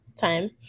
time